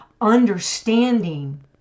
understanding